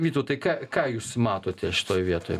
vytautai ką ką jūs matote šitoj vietoj